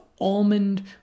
almond